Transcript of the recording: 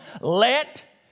let